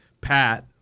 Pat